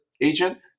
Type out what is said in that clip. agent